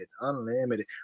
Unlimited